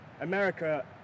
America